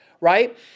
right